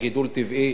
לגידול טבעי.